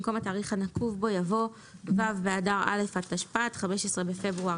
במקום התאריך הנקוב בו יבוא "ו' באדר א' התשפ"ד (15 בפברואר